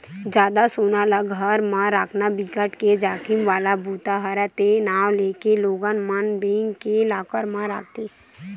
जादा सोना ल घर म राखना बिकट के जाखिम वाला बूता हरय ते नांव लेके लोगन मन बेंक के लॉकर म राखथे